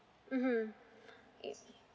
mmhmm